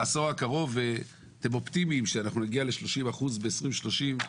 אתם אופטימיים שאנחנו נגיע ל-30% ב-2030.